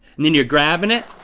and then you're grabbin' it,